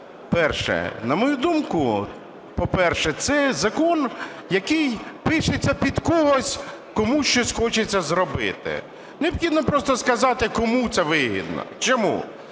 Перше. На мою думку, по-перше, це закон, який пишеться під когось, комусь щось хочеться зробити, необхідно просто сказати, кому це вигідно. Чому?